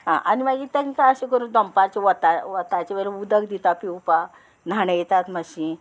आं आनी मागीर तांकां अशें करून दनपारचें वता वताचें वयलें उदक दिता पिवपाक न्हाणयतात मातशीं